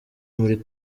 muri